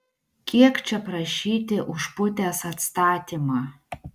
kiek čia prašyti už putės atstatymą